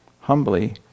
humbly